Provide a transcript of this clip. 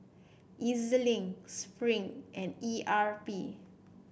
EZ Link Spring and E R P